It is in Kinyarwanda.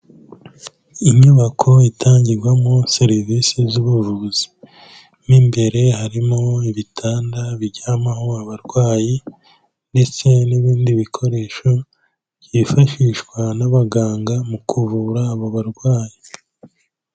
Inyubako itangirwamo serivisi z'ubuvuzi. Mo imbere harimo ibitanda biryamaho abarwayi ndetse n'ibindi bikoresho byifashishwa n'abaganga mu kuvura abo barwayi.